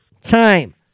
time